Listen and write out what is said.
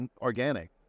organic